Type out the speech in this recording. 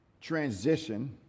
transition